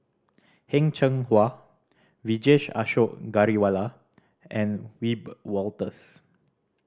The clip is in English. Heng Cheng Hwa Vijesh Ashok Ghariwala and Wiebe Wolters